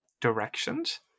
Directions